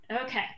Okay